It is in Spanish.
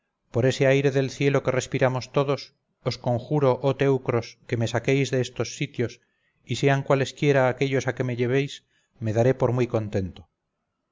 por ese aire del cielo que respiramos todos os conjuro oh teucros que me saquéis de estos sitios y sean cualesquiera aquellos a que me llevéis me daré por muy contento